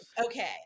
okay